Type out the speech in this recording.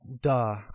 Duh